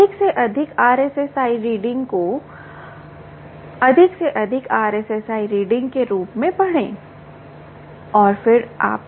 अधिक से अधिक RSSI रीडिंग को अधिक से अधिक RSSI रीडिंग के रूप में पढ़ें और फिर आप ले